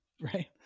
Right